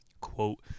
Quote